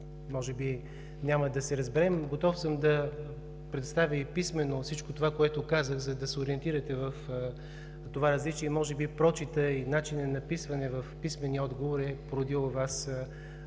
може би няма да се разберем. Готов съм да представя и писменно всичко това, което казах, за да се ориентирате в това различие, може би прочитът и начинът на писане в писменния отговор е породило